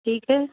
ٹھیک ہے